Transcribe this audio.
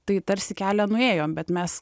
tai tarsi kelią nuėjom bet mes